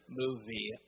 movie